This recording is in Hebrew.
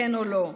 כן או לא,